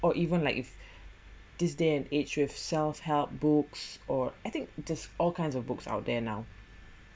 or even like if this day and age with self help books or I think just all kinds of books out there now